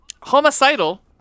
Homicidal